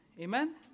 Amen